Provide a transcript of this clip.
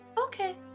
Okay